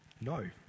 no